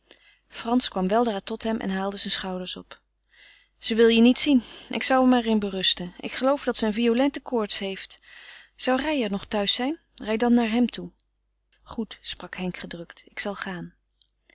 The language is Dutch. frans kwam weldra tot hem en haalde zijn schouders op ze wil je niet zien ik zou er maar in berusten ik geloof dat ze een violente koorts heeft zou reijer nog thuis zijn rij dan naar hem toe goed sprak henk gedrukt ik zal gaan